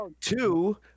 Two